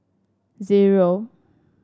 zero